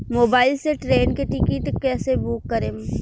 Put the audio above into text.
Mobile से train के ticket कैसे बूक करेम?